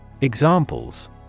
Examples